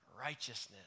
righteousness